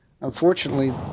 Unfortunately